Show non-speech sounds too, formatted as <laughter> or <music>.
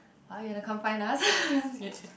why you want to come find us <laughs>